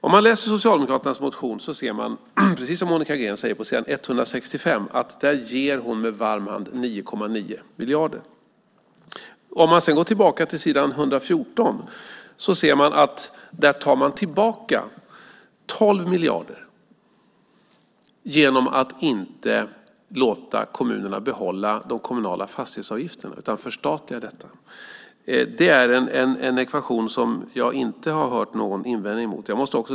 Om man läser Socialdemokraternas motion ser man, precis som Monica Green säger, på s. 165 att de med varm hand ger 9,9 miljarder. Om man sedan går tillbaka till s. 114 ser man att de där tar tillbaka 12 miljarder genom att inte låta kommunerna behålla de kommunala fastighetsavgifterna utan vill förstatliga dem. Det är en ekvation som jag inte har hört någon invändning mot.